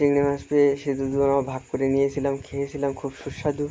চিংড়ি মাছ পেয়ে সেগুলো আমরা ভাগ করে নিয়েছিলাম খেয়েছিলাম খুব সুস্বাদু